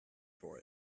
for